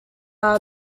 are